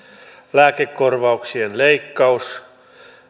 lääkekorvauksien leikkaus